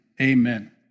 amen